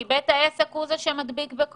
כי בית העסק הזה הוא שמדביק בקורונה?